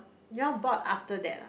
you all bought after that ah